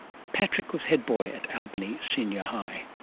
patrick was head boy at albany senior high